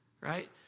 right